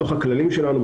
בתוך הכללים שלנו,